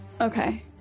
okay